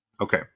Okay